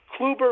Kluber